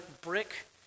brick